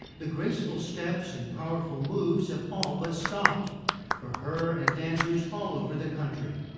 the graceful steps and powerful moves have all but stopped for her and dancers all over the country.